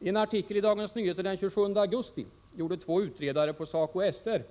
I en artikel i Dagens Nyheter den 27 augusti gjorde två utredare på SACOY/SR,